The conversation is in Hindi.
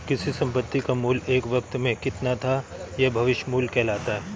किसी संपत्ति का मूल्य एक वक़्त में कितना था यह भविष्य मूल्य कहलाता है